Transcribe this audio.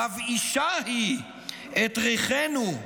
מבאישה היא את ריחנו,